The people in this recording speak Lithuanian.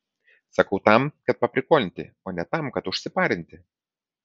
sakau tam kad paprikolinti o ne tam kad užsiparinti